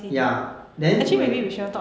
ya then right